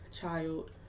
child